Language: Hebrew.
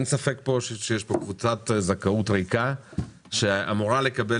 אין ספק שיש פה קבוצת זכאות ריקה שאמורה לקבל